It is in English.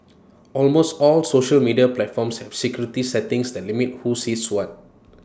almost all social media platforms have security settings that limit who sees what